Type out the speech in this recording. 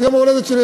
יום ההולדת שלי,